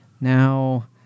now